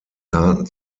taten